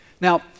Now